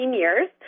years